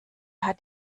hat